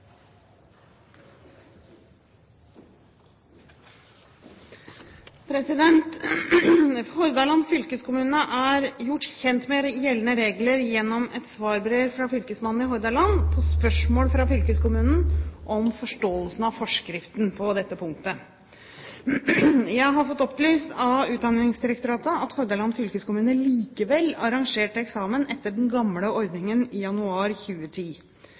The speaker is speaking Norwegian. Hordaland fylkeskommune er gjort kjent med gjeldende regler gjennom et svarbrev fra fylkesmannen i Hordaland på spørsmål fra fylkeskommunen om forståelsen av forskriften på dette punktet. Jeg har fått opplyst av Utdanningsdirektoratet at Hordaland fylkeskommune likevel arrangerte eksamen etter den gamle ordningen i januar 2010.